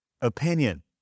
opinion